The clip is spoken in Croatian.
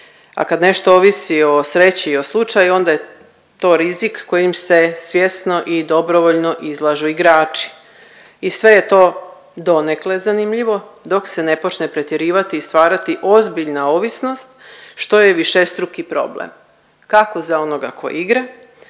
a kad nešto ovisi o sreći i o slučaju onda je to rizik kojim se svjesno i dobrovoljno izlažu igrači i sve je to donekle zanimljivo dok se ne počne pretjerivati i stvarati ozbiljna ovisnost, što je višestruki problem kako za onoga ko igra,